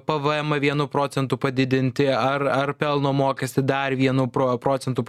pvemą vienu procentu padidinti ar ar pelno mokestį dar vienu pro procentu pa